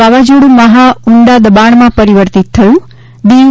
વાવાઝોડું મહા ઊંડા દબાણમાં પરિવર્તિત થયું દીવ